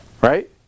Right